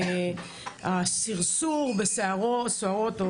הסרסור בסוהרות,